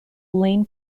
lean